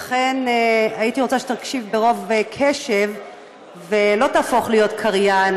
לכן הייתי רוצה שתקשיב רוב קשב ולא תהפוך להיות קריין,